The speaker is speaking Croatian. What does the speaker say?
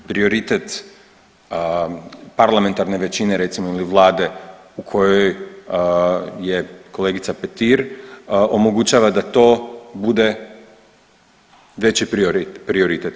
Prioritet parlamentarne većine recimo ili vlade u kojoj je kolegica Petir omogućava da to bude veći prioritet.